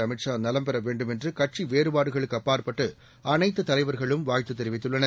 அமித் ஷா நலம் பெற வேண்டும் என்று கட்சி வேறுபாடுகளுக்கு அப்பாற்பட்டு அனைத்து தலைவர்களும் வாழ்த்து தெரிவித்துள்ளனர்